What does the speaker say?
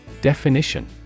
Definition